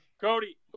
Cody